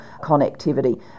connectivity